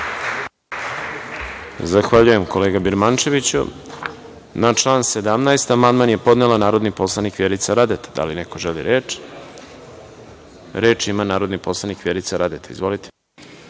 Zahvaljujem kolega Birmančeviću. Na član 17. amandman je podnela narodni poslanik Vjerica Radeta. Da li neko želi reč? Reč ima narodni poslanik Vjerica Radeta. Izvolite.